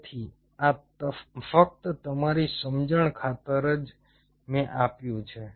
તેથી આ ફક્ત તમારી સમજણ ખાતર જ મેં આપ્યું છે